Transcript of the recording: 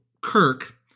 Kirk